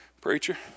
Preacher